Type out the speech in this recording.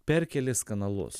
per kelis kanalus